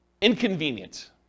inconvenient